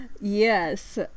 yes